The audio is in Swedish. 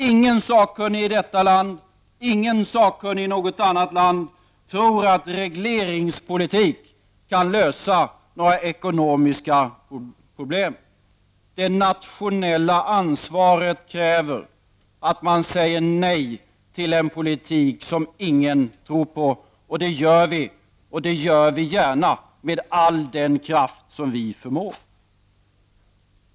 Ingen sakkunnig i detta land, ingen sakkunnig i något annat land tror att regleringspolitik kan lösa ekonomiska problem. Det nationella ansvaret kräver att man säger nej till en politik som ingen tror på! Det gör vi, och det gör vi gärna med all den kraft som vi förmår.